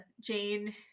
Jane